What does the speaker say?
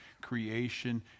creation